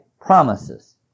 promises